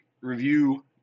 review